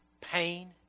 pain